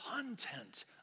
content